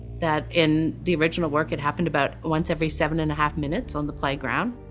that in the original work it happened about once every seven and a half minutes on the playground.